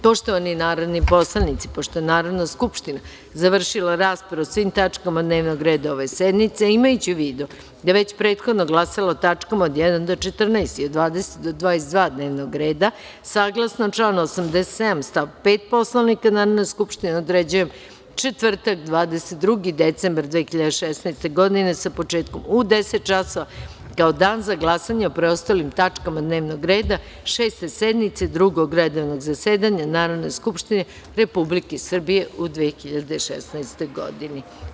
Poštovani narodni poslanici, pošto je Narodna skupština završila raspravu o svim tačkama dnevnog reda ove sednice, imajući u vidu da je već prethodno glasala o tačkama od jedan do 14, i od 20 do 22 dnevnog reda, saglasno članu 87. stav 5. Poslovnika Narodna skupština određuje četvrtak, 22. decembar 2016. godine sa početkom u 10 časova kao dan za glasanje o preostalim tačkama dnevnog reda Šeste sednice Drugog redovnog zasedanja Narodne skupštine Republike Srbije u 2016. godini.